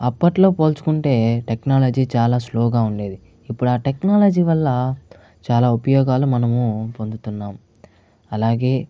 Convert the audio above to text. అప్పట్లో పోల్చుకుంటే టెక్నాలజీ చాలా స్లో ఉండేది ఇప్పుడు ఆ టెక్నాలజీ వల్ల చాలా ఉపయోగాలు మనము పొందుతున్నాము అలాగే